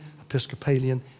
Episcopalian